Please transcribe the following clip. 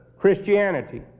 Christianity